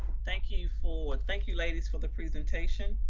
thank you for, and thank you ladies for the presentation